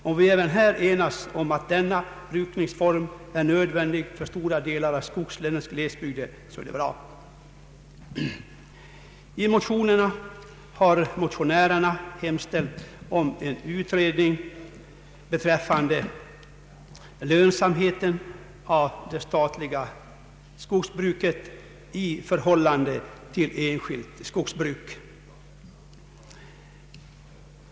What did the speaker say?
Om vi även här kan enas om att denna brukningsform är nödvändig för stora delar av skogslänens glesbygder så är det bra. Motionärerna har hemställt om en utredning beträffande lönsamheten av det statliga skogsbruket i förhållande till enskilt skogsbruk.